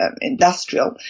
industrial